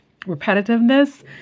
repetitiveness